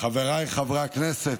התקבלה בקריאה השנייה והשלישית,